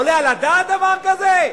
העולה על הדעת דבר כזה?